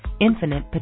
infinite